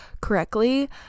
correctly